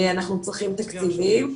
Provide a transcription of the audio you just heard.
אנחנו צריכים תקציבים.